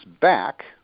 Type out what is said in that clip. back